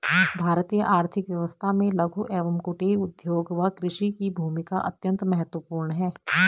भारतीय आर्थिक व्यवस्था में लघु एवं कुटीर उद्योग व कृषि की भूमिका अत्यंत महत्वपूर्ण है